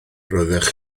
roeddech